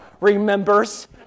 remembers